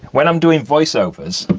when i'm doing voiceovers,